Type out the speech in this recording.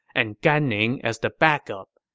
and gan ning as the backup,